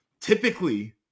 typically